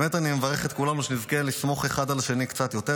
אני באמת מברך את כולנו שנזכה לסמוך אחד על השני קצת יותר,